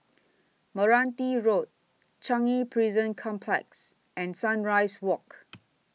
Meranti Road Changi Prison Complex and Sunrise Walk